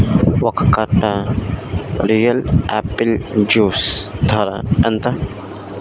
ఒక కట్ట real apple juice ధర ఎంత